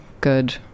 good